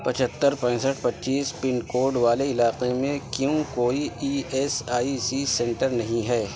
پچہتر پینسٹھ پچیس پن کوڈ والے علاقے میں کیوں کوئی E S I C centre نہیں ہے